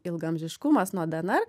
ilgaamžiškumas nuo dnr